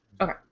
Okay